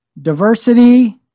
diversity